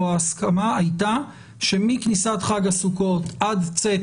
או שההסכמה הייתה שמכניסה חג הסוכות עד צאת